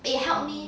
mm